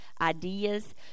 ideas